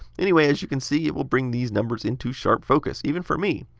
anyway, as you can see, it will bring these numbers into sharp focus, even for me!